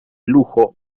lujo